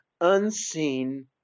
unseen